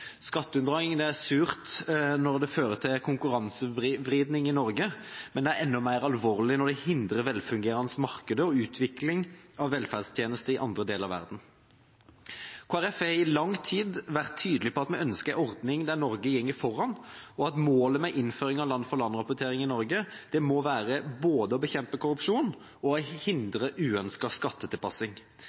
er surt når det fører til konkurransevridning i Norge, men det er enda mer alvorlig når det hindrer velfungerende markeder og utvikling av velferdstjenester i andre deler av verden. Kristelig Folkeparti har i lang tid vært tydelige på at vi ønsker en ordning der Norge går foran, og at målet med innføring av land-for-land-rapportering i Norge må være både å bekjempe korrupsjon og å hindre